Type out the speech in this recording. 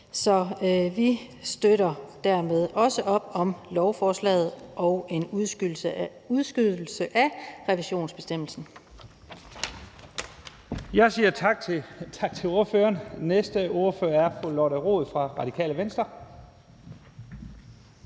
Så vi støtter dermed også op om lovforslaget og en udskydelse af revisionsbestemmelsen.